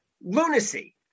lunacy